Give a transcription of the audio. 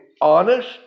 honest